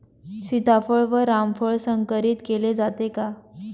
सीताफळ व रामफळ संकरित केले जाते का?